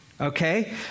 okay